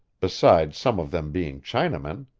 besides some of them being chinamen.